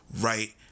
right